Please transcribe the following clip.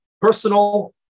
personal